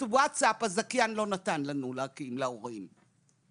ווטסאפ הזכיין לא נתן להורים להקים,